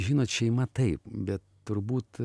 žinot šeima taip bet turbūt